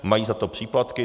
Mají za to příplatky.